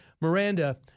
Miranda